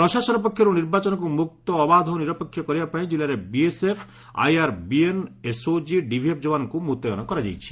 ପ୍ରଶାସନ ପକ୍ଷରୁ ନିର୍ବାଚନକୁ ମୁକ୍ତ ଅବାଧ ଓ ନିରପେକ୍ଷ କରିବା ପାଇଁ ଜିଲ୍ଲାରେ ବିଏସଏଫ ଆଇଆରବିଏନ ଏସଓକି ଡିଭିଏଫ ଯବାନଙ୍କୁ ମୁତୟନ କରାଯାଇଛି